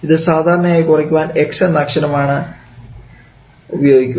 ഇത് സാധാരണയായി കുറിക്കുവാൻ x എന്ന അക്ഷരമാണ് ഉപയോഗിക്കുക